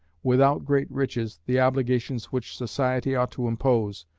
without great riches, the obligations which society ought to impose,